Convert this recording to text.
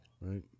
right